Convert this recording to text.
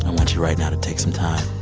and want you right now to take some time,